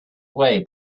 way